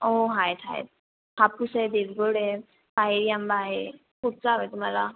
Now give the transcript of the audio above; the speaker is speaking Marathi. ओ आहेत आहेत हापूस आहे देवगड आहे पायरी आंबा आहे कुठचा हवा आहे तुम्हाला